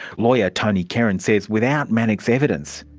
lawyer tony kerin says without manock's evidence,